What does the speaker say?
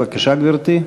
בבקשה, גברתי.